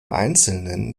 einzelnen